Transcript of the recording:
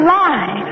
lie